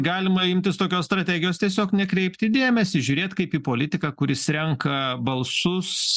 galima imtis tokios strategijos tiesiog nekreipti dėmesį žiūrėt kaip į politiką kuris renka balsus